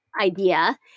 idea